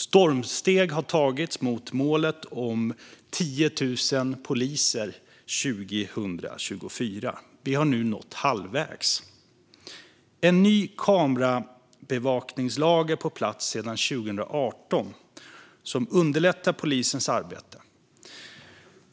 Stormsteg har tagits mot målet om 10 000 poliser 2024. Vi har nu nått halvvägs. En ny kamerabevakningslag är på plats sedan 2018. Den underlättar polisens arbete.